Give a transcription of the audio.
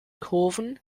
kurven